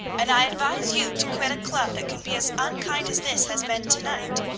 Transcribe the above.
and i advise you to quit a club that can be as unkind as this has been to-night.